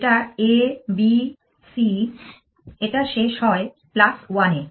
এটা A B C এটা শেষ হয় 1 এ